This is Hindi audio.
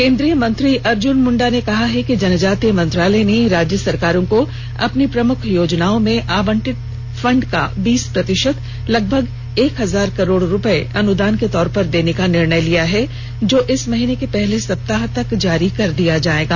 केंद्रीय मंत्री अर्जुन मुंडा ने कहा है कि जनजातीय मंत्रालय ने राज्य सरकारों को अपनी प्रमुख योजनाओं में आवंटित फंड का बीस प्रतिशत लगभग एक हजार करोड़ रूपये अनुदान के तौर पर देने का निर्णय लिया है जो इस महीने के प्रथम सप्ताह तक जारी कर दिया जायेगा